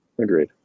Agreed